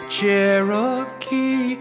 Cherokee